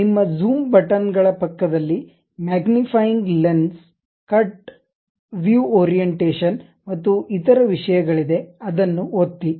ನಿಮ್ಮ ಜೂಮ್ ಬಟನ್ಗಳ ಪಕ್ಕದಲ್ಲಿ magnifying lens cut view orientation ಮತ್ತು ಇತರ ವಿಷಯಗಳಿದೆ ಅದನ್ನು ಒತ್ತಿ